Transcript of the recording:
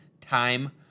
Time